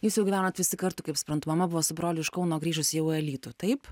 jūs jau gyvenot visi kartu kaip suprantu mama buvo su broliu iš kauno grįžus jau į alytų taip